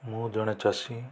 ମୁଁ ଜଣେ ଚାଷୀ